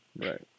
Right